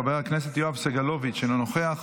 חבר הכנסת יואב סגלוביץ' אינו נוכח,